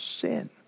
sin